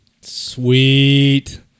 Sweet